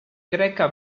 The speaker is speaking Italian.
greca